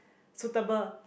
suitable